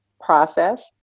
process